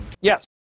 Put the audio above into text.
Yes